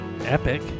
epic